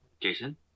Jason